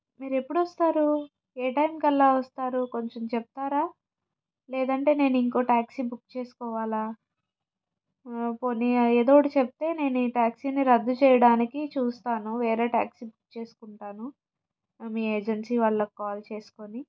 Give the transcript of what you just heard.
మీరు ఎప్పుడు వస్తారు ఏ టైంకు వస్తారు కొంచెం చెప్తారా లేదంటే నేను ఇంకో ట్యాక్సీ బుక్ చేసుకోవాలా పోనీ ఏదో ఒకటి చెప్తే నేను ఈ ట్యాక్సీని రద్దు చేయడానికి చూస్తాను వేరే ట్యాక్సీ బుక్ చేసుకుంటాను మీ ఏజెన్సీ వాళ్ళకి కాల్ చేసుకుని